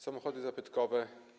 Samochody zabytkowe.